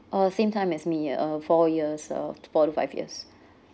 uh same time as me uh four years uh four to five years